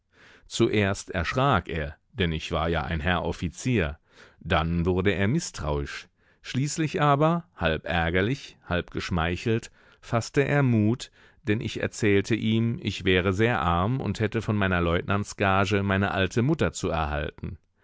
zuerst erschrak er denn ich war ja ein herr offizier dann wurde er mißtrauisch schließlich aber halb ärgerlich halb geschmeichelt faßte er mut denn ich erzählte ihm ich wäre sehr arm und hätte von meiner leutnantsgage meine alte mutter zu erhalten